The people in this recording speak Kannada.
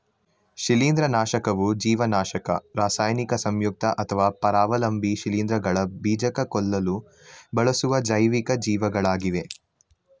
ಶಿಲೀಂಧ್ರನಾಶಕವು ಜೀವನಾಶಕ ರಾಸಾಯನಿಕ ಸಂಯುಕ್ತ ಅಥವಾ ಪರಾವಲಂಬಿ ಶಿಲೀಂಧ್ರಗಳ ಬೀಜಕ ಕೊಲ್ಲಲು ಬಳಸುವ ಜೈವಿಕ ಜೀವಿಗಳಾಗಿವೆ